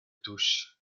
touche